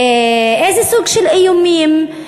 איזה סוג של איומים,